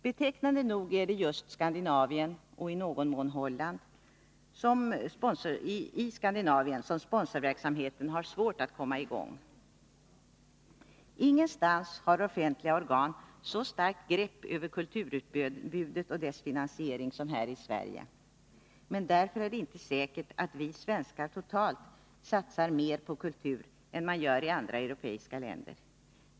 Betecknande nog är det just i Skandinavien — och i någon mån i Holland — som sponsorverksamheten har svårt att komma i gång. Ingenstans har offentliga organ så starkt grepp över kulturutbudet och dess finansiering som här i Sverige, men därför är det inte säkert att vi svenskar totalt satsar mer på kultur än man gör i andra europeiska länder.